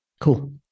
Cool